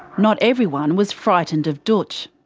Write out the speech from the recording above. not everyone was frightened of dootch.